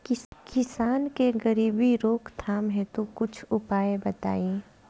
किसान के गरीबी रोकथाम हेतु कुछ उपाय बताई?